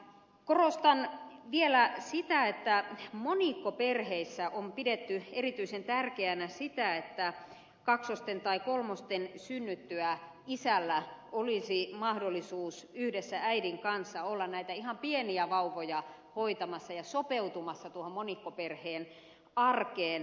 korostan vielä sitä että monikkoperheissä on pidetty erityisen tärkeänä sitä että kaksosten tai kolmosten synnyttyä isällä olisi mahdollisuus yhdessä äidin kanssa olla ihan näitä pieniä vauvoja hoitamassa ja sopeutumassa tuohon monikkoperheen arkeen